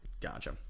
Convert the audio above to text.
Gotcha